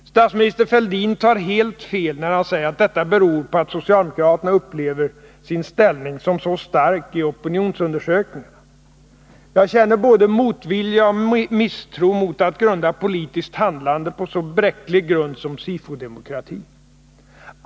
Statsminister Fälldin tar helt fel när han säger att detta beror på att socialdemokraterna upplever sin ställning som så stark i opinionsundersökningarna. Jag känner både motvilja och misstro mot att grunda politiskt handlande på så bräcklig grund som ”SIFO-demokrati”.